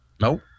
Nope